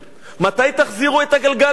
מתי תחזירו את הגלגל לאחור?